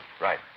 Right